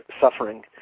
suffering